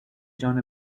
جان